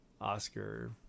Oscar